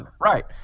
Right